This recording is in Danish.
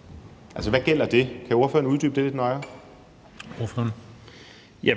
(Christian Juhl): Ordføreren. Kl. 16:13 Carl Valentin (SF):